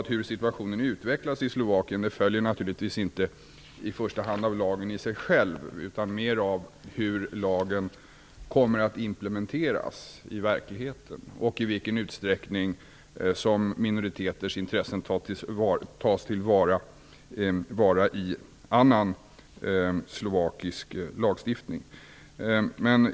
Hur situationen utvecklas i Slovakien följer naturligtvis inte i första hand av lagen i sig själv utan mer av hur lagen kommer att implementeras i verkligheten och i vilken utsträckning minoriteters intressen tas till vara i annan slovakisk lagstiftning.